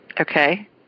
Okay